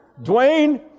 Dwayne